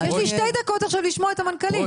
יש לי שתי דקות עכשיו לשמוע את המנכ"לית,